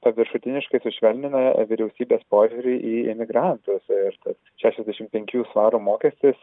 paviršutiniškai sušvelnina vyriausybės požiūrį į imigrantus ir tas šešiasdešimt penkių svarų mokestis